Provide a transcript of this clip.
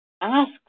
ask